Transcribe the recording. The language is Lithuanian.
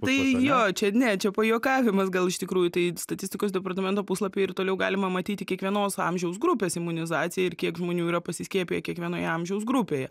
tai jo čia ne čia pajuokavimas gal iš tikrųjų tai statistikos departamento puslapyje ir toliau galima matyti kiekvienos amžiaus grupės imunizaciją ir kiek žmonių yra pasiskiepiję kiekvienoje amžiaus grupėje